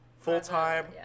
full-time